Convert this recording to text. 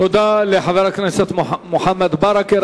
תודה לחבר הכנסת מוחמד ברכה.